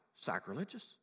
sacrilegious